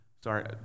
Sorry